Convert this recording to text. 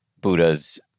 Buddha's